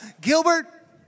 Gilbert